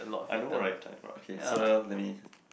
I know right okay so now let me